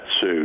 suit